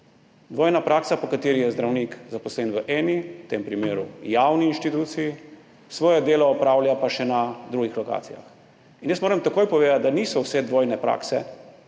Dvojna praksa, po kateri je zdravnik zaposlen v eni, v tem primeru javni inštituciji, svoje delo opravlja pa še na drugih lokacijah. In jaz moram takoj povedati, da niso vse dvojne prakse